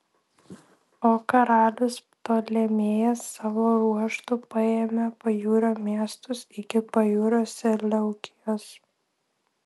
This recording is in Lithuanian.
o karalius ptolemėjas savo ruožtu paėmė pajūrio miestus iki pajūrio seleukijos